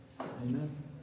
Amen